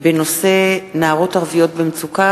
בעקבות דיון מהיר בנושא: נערות ערביות במצוקה,